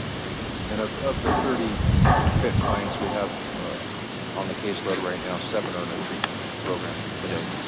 right, and of of the thirty fit clients we have on the caseload right now seven are in a treatment program today.